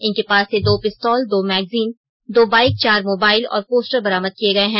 इनके पास से दो पिस्तौल दो मैगजीन दो बाइक चार मोबाइल और पोस्टर बरामद किए गए हैं